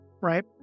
right